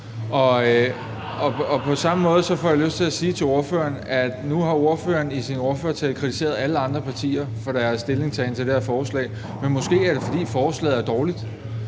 På samme måde får jeg lyst til at sige til ordføreren, at nu har ordføreren i sin ordførertale kritiseret alle andre partier for deres stillingtagen til det her forslag, men måske er det, fordi forslaget er dårligt.